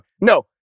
No